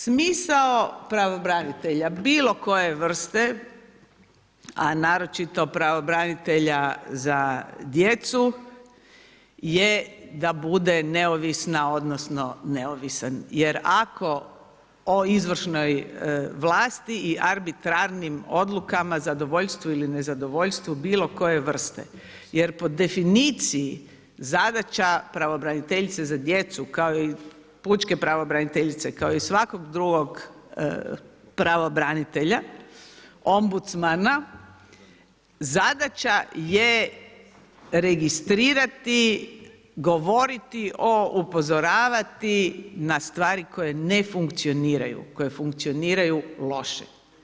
Smisao pravobranitelja bilo koje vrste, a naročito pravobranitelja za djecu je da bude neovisna odnosno neovisan jer ako o izvršnoj vlasti i arbitrarnim odlukama zadovoljstvo ili nezadovoljstvo bilo koje vrste jer po definiciji zadaća pravobraniteljice za djecu kao i pučke pravobraniteljice kao i svakog drugog pravobranitelja, ombudsmana zadaća je registrirati, govoriti o upozoravati na stvari koje ne funkcioniraju, koje funkcioniraju loše.